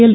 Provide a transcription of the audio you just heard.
L